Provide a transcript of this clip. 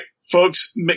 folks